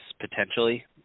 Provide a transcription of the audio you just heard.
potentially